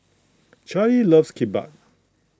Charley loves Kimbap